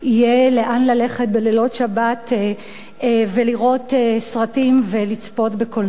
יהיה לאן ללכת בלילות שבת ולראות סרטים ולצפות בקולנוע.